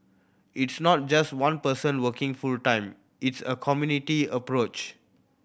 it's not just one person working full time it's a community approach